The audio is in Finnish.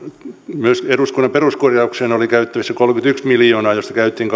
myös eduskunnan peruskorjaukseen oli käytettävissä kolmekymmentäyksi miljoonaa mistä käytettiin